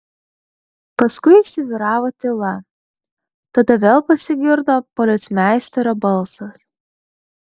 paskui įsivyravo tyla tada vėl pasigirdo policmeisterio balsas